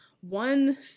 One